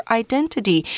identity